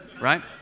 Right